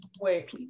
Wait